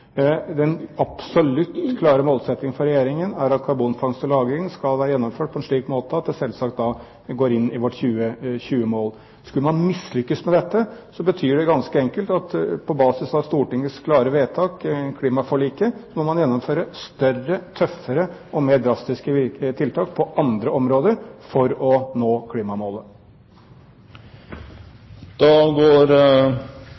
Den absolutt klare målsettingen for Regjeringen er at karbonfangst og -lagring skal være gjennomført på en slik måte at det selvsagt går inn i vårt 2020-mål. Skulle man mislykkes med dette, betyr det ganske enkelt at på basis av Stortingets klare vedtak om klimaforliket må man gjennomføre større, tøffere og mer drastiske tiltak på andre områder for å nå klimamålet.